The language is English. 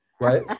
Right